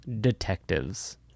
Detectives